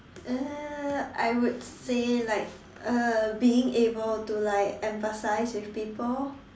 uh I would say like uh being able to like empathize with people